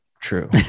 true